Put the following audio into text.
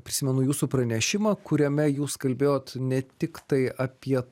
prisimenu jūsų pranešimą kuriame jūs kalbėjot ne tiktai apie